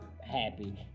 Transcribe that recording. happy